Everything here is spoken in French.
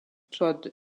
todd